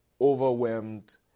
overwhelmed